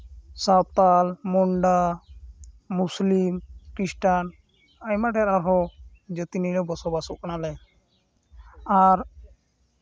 ᱥᱟᱶᱛᱟᱞ ᱢᱩᱱᱰᱟ ᱢᱩᱥᱞᱤᱢ ᱠᱷᱤᱥᱴᱟᱱ ᱟᱭᱢᱟ ᱰᱷᱮᱨ ᱟᱨᱦᱚᱸ ᱡᱟᱹᱛᱤ ᱱᱤᱭᱮ ᱵᱚᱥᱚᱵᱟᱥᱚᱜ ᱠᱟᱱᱟᱞᱮ ᱟᱨ